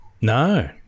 No